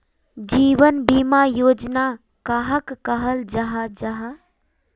जीवन बीमा योजना कहाक कहाल जाहा जाहा?